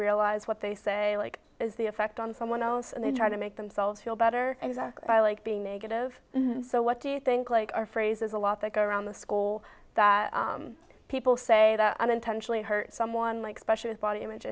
realize what they say i like is the effect on someone else and they try to make themselves feel better exactly i like being negative so what do you think like are phrases a lot that go around the school that people say that unintentionally hurt someone like special body image